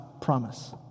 promise